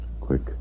Quick